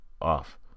off